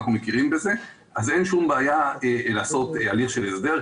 אנחנו מכירים בזה כך שאין שום בעיה לעשות הליך של הסדר.